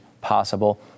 possible